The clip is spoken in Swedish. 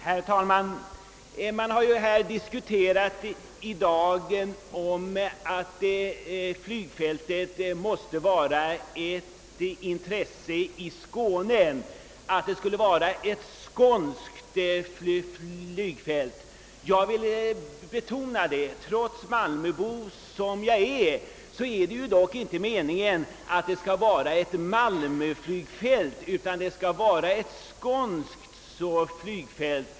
Herr talman! I diskussionen här har sagts att flygfältet är ett skånskt intresse. Trots att jag är malmöbo vill jag understryka detta; det är inte meningen att det skall vara ett malmöflygfält utan det skall vara ett skånskt flygfält.